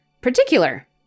particular